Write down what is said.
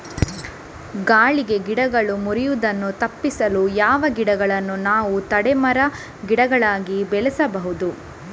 ಗಾಳಿಗೆ ಗಿಡಗಳು ಮುರಿಯುದನ್ನು ತಪಿಸಲು ಯಾವ ಗಿಡಗಳನ್ನು ನಾವು ತಡೆ ಮರ, ಗಿಡಗಳಾಗಿ ಬೆಳಸಬಹುದು?